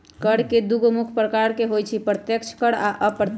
कर के दुगो मुख्य प्रकार होइ छै अप्रत्यक्ष कर आ अप्रत्यक्ष कर